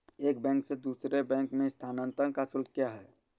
एक बैंक से दूसरे बैंक में स्थानांतरण का शुल्क क्या है?